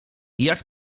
jak